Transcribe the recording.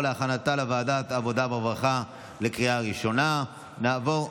לוועדת העבודה והרווחה נתקבלה.